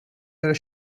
their